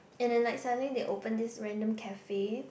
and then like suddenly they open this random cafe